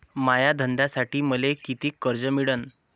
माया धंद्यासाठी मले कितीक कर्ज मिळनं?